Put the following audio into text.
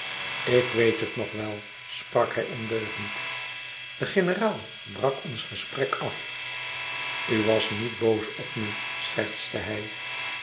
ik weet het nog wel sprak hij ondeugend de generaal brak ons gesprek af u was niet boos op me schertste hij